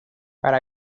para